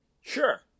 Sure